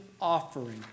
offering